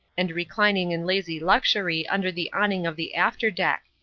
and reclining in lazy luxury under the awning of the after-deck.